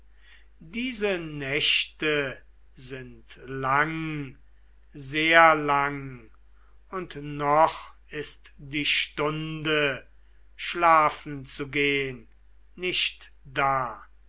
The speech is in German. diese nächte sind lang sehr lang und noch ist die stunde schlafen zu gehn nicht da